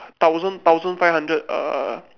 thousand thousand five hundred uh